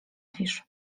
fisz